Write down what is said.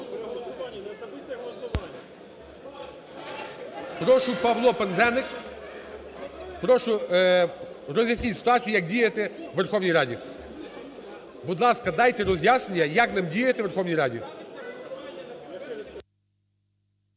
Прошу, Павло Пинзеник. Прошу, роз'ясніть ситуацію, як діяти у Верховній Раді. Будь ласка, дайте роз'яснення, як нам діяти у Верховній Раді.